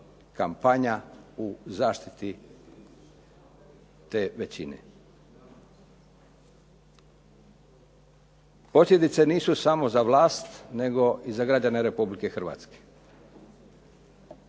kampanja u zaštiti te većine. Posljedice nisu samo za vlast nego i za građane Republike Hrvatske.